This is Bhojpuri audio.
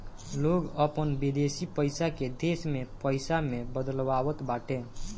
लोग अपन विदेशी पईसा के देश में पईसा में बदलवावत बाटे